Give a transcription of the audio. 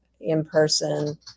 in-person